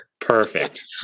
Perfect